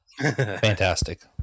Fantastic